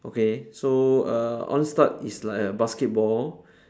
okay so uh on start is like a basketball